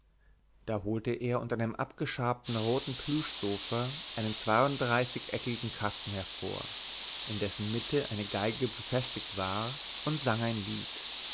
da holte er unter einem abgeschabten roten plüschsofa einen zweiunddreißigeckigen kasten hervor in dessen mitte eine geige befestigt war und sang ein lied